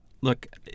look